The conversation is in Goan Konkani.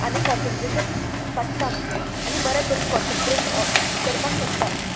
आनी कॉन्सनट्रेशन वाडटा आमचें आनी बऱ्या तरेन कॉन्सनट्रेट करपाक शकता